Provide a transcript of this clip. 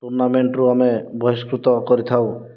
ଟୁର୍ନାମେଣ୍ଟରୁ ଆମେ ବହିସ୍କୃତ କରିଥାଉ